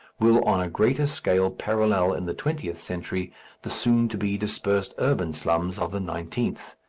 will on a greater scale parallel in the twentieth century the soon-to-be-dispersed urban slums of the nineteenth.